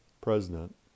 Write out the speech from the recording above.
president